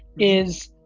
is,